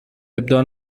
ابداع